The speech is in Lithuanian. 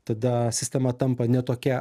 tada sistema tampa ne tokia